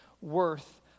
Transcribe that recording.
worth